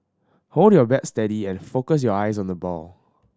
hold your bat steady and focus your eyes on the ball